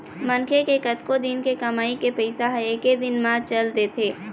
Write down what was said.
मनखे के कतको दिन के कमई के पइसा ह एके दिन म चल देथे